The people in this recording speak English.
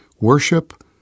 worship